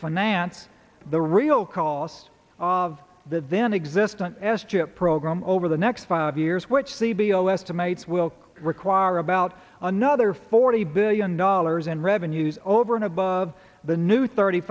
finance the real cost of that then existant s chip program over the next five years which c b l estimates will require about another forty billion dollars in revenues over and above the new thirty